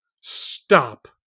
stop